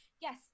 Yes